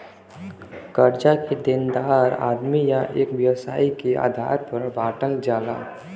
कर्जा के देनदार आदमी या एक व्यवसाय के आधार पर बांटल जाला